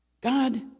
God